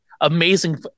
amazing